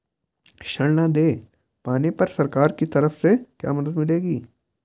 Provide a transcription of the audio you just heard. ऋण न दें पाने पर सरकार की तरफ से क्या मदद मिलेगी?